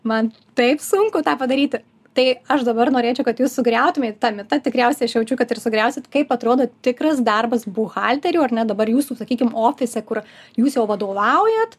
man taip sunku tą padaryti tai aš dabar norėčiau kad jūs sugriautumėt tą mitą tikriausiai aš jaučiu kad ir sugriausit kaip atrodo tikras darbas buhalterių ar ne dabar jūsų sakykim ofise kur jūs jau vadovaujat